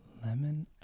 Lemon